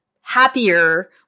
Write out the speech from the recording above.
happier